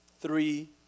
three